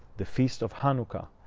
the feast of hanukkah,